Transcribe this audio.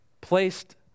placed